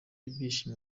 ibyishimo